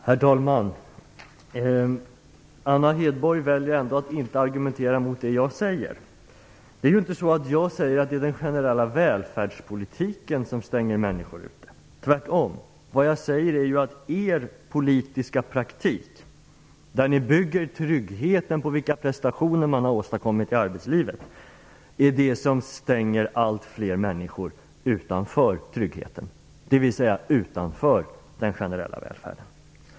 Herr talman! Anna Hedborg väljer ändå att inte argumentera mot det som jag säger. Jag säger inte att det är den generella välfärdspolitiken som stänger människor ute, tvärtom. Jag säger att det är er politiska praktik, där ni bygger tryggheten på de prestationer som man har åstadkommit i arbetslivet, som utestänger allt fler människor från tryggheten, dvs. från den generella välfärden.